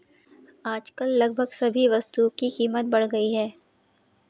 आजकल लगभग सभी वस्तुओं की कीमत बढ़ गई है